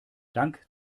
dank